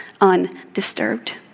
undisturbed